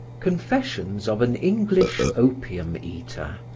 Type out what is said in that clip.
confessions of an english opium-eater,